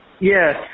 Yes